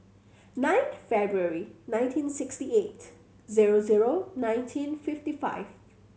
nine February nineteen sixty eight zero zero nineteen fifty five